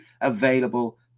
available